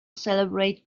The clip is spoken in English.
celebrate